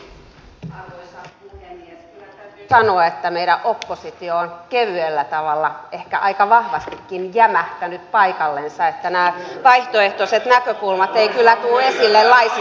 kyllä täytyy sanoa että meidän oppositio on kevyellä tavalla ehkä aika vahvastikin jämähtänyt paikallensa että nämä vaihtoehtoiset näkökulmat eivät kyllä tule esille laisinkaan